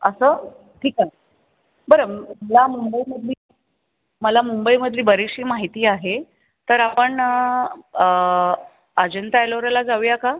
असं ठिकाण बरं मला मुंबईमधली मला मुंबईमधली बरीचशी माहिती आहे तर आपण अजिंठा एलोराला जाऊया का